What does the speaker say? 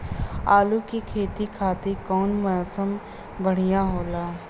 आलू के खेती खातिर कउन मौसम बढ़ियां होला?